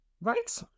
Right